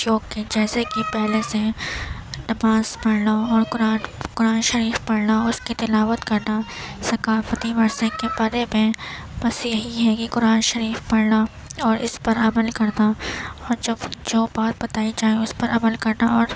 جوکہ جیسے کہ پہلے سے نماز پڑھنا اور قرآن قرآن شریف پڑھنا اور اس کی تلاوت کرنا ثقافتی ورثے کے بارے میں بس یہی ہے کہ قرآن شریف پڑھنا اور اس پر عمل کرنا اور جو جو بات بتائی جائے اس پر عمل کرنا اور